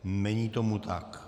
Není tomu tak.